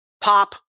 pop